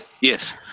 Yes